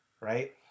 right